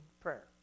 prayer